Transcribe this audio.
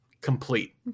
complete